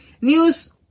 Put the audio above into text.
news